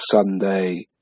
Sunday